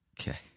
Okay